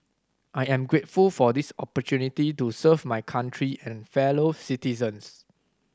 I am grateful for this opportunity to serve my country and fellow citizens